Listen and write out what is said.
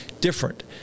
different